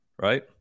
right